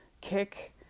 kick